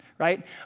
Right